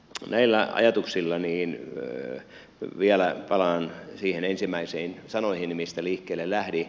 näillä ajatuksilla vielä palaan niihin ensimmäisiin sanoihini mistä liikkeelle lähdin